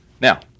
Now